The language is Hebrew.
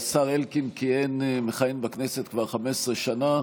השר אלקין מכהן בכנסת כבר 15 שנה.